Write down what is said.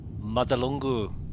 Madalungu